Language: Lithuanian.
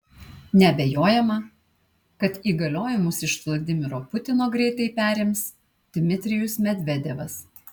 neabejojama kad įgaliojimus iš vladimiro putino greitai perims dmitrijus medvedevas